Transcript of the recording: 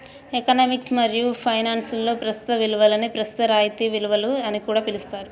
economics మరియు ఫైనాన్స్లో ప్రస్తుత విలువని ప్రస్తుత రాయితీ విలువ అని కూడా పిలుస్తారు